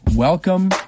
Welcome